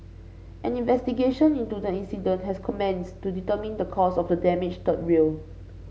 an investigation into the incident has commenced to determine the cause of the damaged third rail